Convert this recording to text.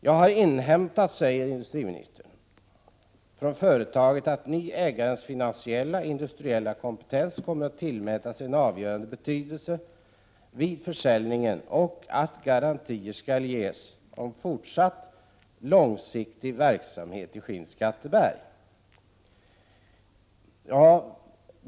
Industriministern säger att han har inhämtat uppgifter från företaget om att den nye ägarens finansiella och industriella kompetens kommer att tillmätas en avgörande vikt vid försäljningen och att garantier skall ges om fortsatt långsiktig verksamhet i Skinnskatteberg.